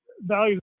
values